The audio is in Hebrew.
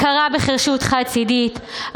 הכרה בחירשות חד-צידית,